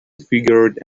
figured